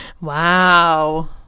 wow